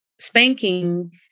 spanking